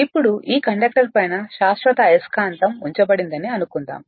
ఇప్పుడు ఈ కండక్టర్ పైన శాశ్వత అయస్కాంతం ఉంచబడిందని అనుకుందాం